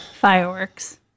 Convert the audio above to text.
Fireworks